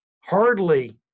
hardly